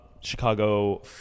chicago